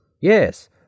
Yes